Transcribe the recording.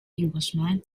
englishman